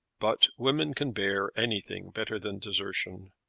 but women can bear anything better than desertion.